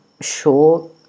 Show